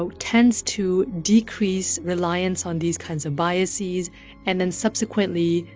so tends to decrease reliance on these kinds of biases and then subsequently,